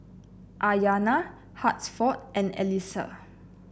Aryana Hansford and Alisa